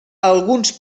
alguns